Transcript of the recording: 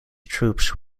troops